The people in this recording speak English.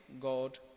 God